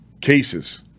cases